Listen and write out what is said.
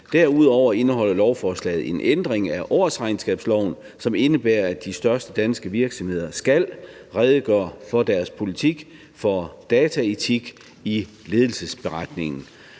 Derudover indeholder lovforslaget en ændring af årsregnskabsloven, som indebærer, at de største danske virksomheder skal redegøre for deres politik for dataetik i ledelsesberetningen.